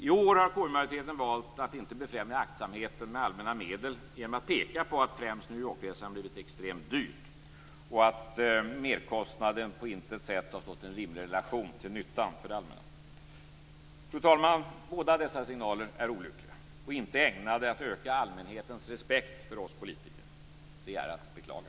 I år har KU-majoriteten valt att inte befrämja aktsamheten med allmänna medel genom att peka på att främst New York-resan blivit extremt dyr och att merkostnaden på intet sätt har stått i en rimlig relation till nyttan för det allmänna. Fru talman! Båda dessa signaler är olyckliga och är inte ägnade att öka allmänhetens respekt för oss politiker. Det är att beklaga.